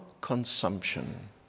consumption